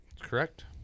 Correct